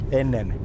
ennen